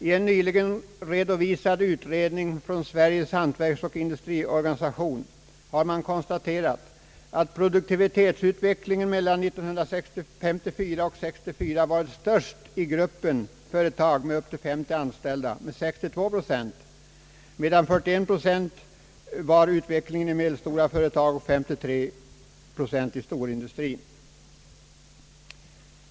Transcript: I en nyligen redovisad utredning inom Sveriges hantverksoch industriorganisation har man konstaterat, att produktivitetsutvecklingen mellan 1954 och 1964 var störst i gruppen företag med upp till 50 anställda eller 62 procent, medan den var 41 procent i medelstora företag och 53 procent i storindustrien.